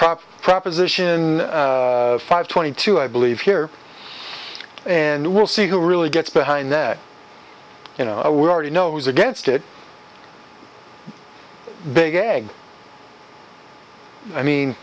prop proposition five twenty two i believe here and we'll see who really gets behind that you know we already know is against it big egg i mean